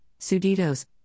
suditos